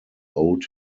owed